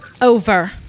over